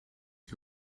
you